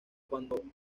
cuando